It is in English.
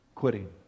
quitting